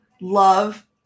love